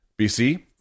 BC